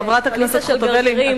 חברת הכנסת חוטובלי,